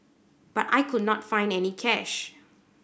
but I could not find any cash